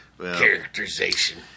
characterization